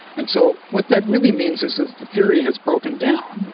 and so what that really means is is the theory has broken down.